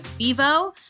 FIVO